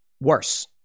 worse